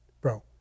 bro